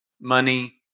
money